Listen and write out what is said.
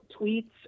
tweets